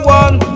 one